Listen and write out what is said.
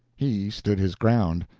he stood his ground,